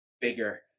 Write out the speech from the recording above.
bigger